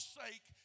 sake